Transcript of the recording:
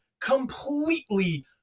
completely